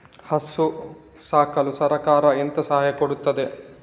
ಹಸು ಸಾಕಲು ಸರಕಾರ ಎಂತ ಸಹಾಯ ಕೊಡುತ್ತದೆ?